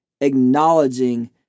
acknowledging